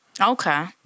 Okay